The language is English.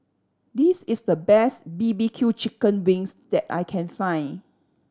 this is the best B B Q chicken wings that I can find